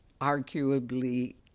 arguably